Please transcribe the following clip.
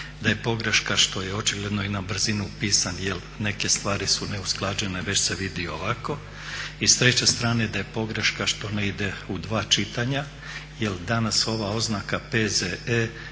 da je pogreška što je očigledno i na brzinu pisan jer neke stvari su neusklađene. Već se vidi i ovako. I s treće strane da je pogreška što ne ide u dva čitanja, jer danas ova oznaka P.Z.E.